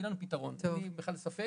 יהיה לנו פתרון, אין לי בכלל ספק.